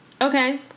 Okay